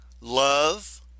love